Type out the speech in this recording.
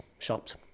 Shops